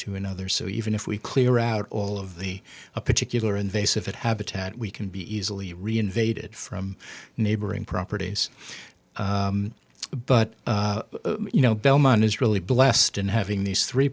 to another so even if we clear out all of the particular invasive habitat we can be easily reinvaded from neighboring properties but you know belmont is really blessed in having these three